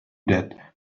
that